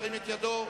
ירים את ידו.